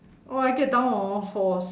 oh I get down on all fours